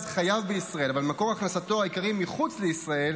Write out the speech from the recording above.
חייו בישראל אבל מקור הכנסתו העיקרי מחוץ לישראל,